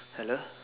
hello